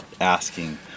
asking